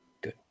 Good